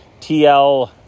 TL